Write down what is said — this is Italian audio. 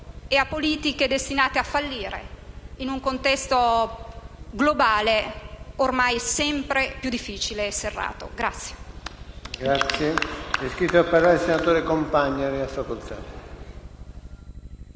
e a politiche destinate a fallire in un contesto globale ormai sempre più difficile e serrato.